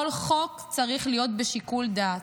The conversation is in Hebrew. כל חוק צריך להיות בשיקול דעת,